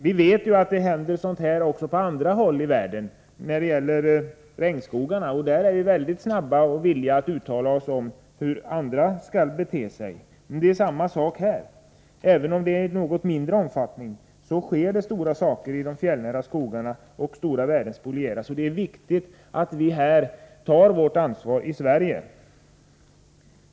Vi vet att det händer sådant här också på andra håll i världen — jag tänker på t.ex. regnskogarna — och då är vi väldigt snabba och villiga att uttala oss om hur andra skall bete sig. Det är risk för att värden av samma slag går till spillo här. Även om det är fråga om en något mindre omfattning sker det stora saker i de fjällnära skogarna och stora värden spolieras, och det är viktigt att vi här tar vårt ansvar i Sverige.